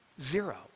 zero